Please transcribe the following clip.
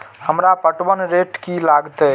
हमरा पटवन रेट की लागते?